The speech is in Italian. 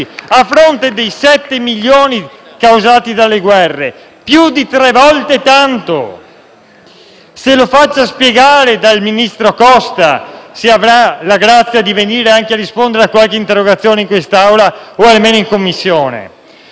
Se lo faccia spiegare dal ministro Costa, se avrà la grazia di venire a rispondere a qualche interrogazione in quest'Aula o almeno in Commissione. Questi dati sono stati forniti da centinaia di studiosi raccolti in questi giorni,